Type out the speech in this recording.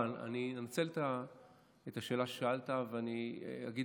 אבל אני אנצל את השאלה ששאלת ואני אגיד